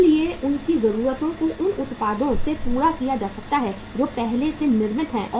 इसलिए उनकी जरूरतों को उन उत्पादों से पूरा किया जा सकता है जो पहले से निर्मित हैं